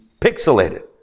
pixelated